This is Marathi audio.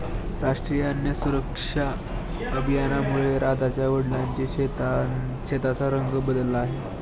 राष्ट्रीय अन्न सुरक्षा अभियानामुळे राधाच्या वडिलांच्या शेताचा रंग बदलला आहे